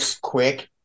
quick